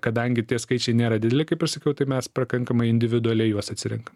kadangi tie skaičiai nėra dideli kaip aš sakiau tai mes prakankamai individualiai juos atsirenkam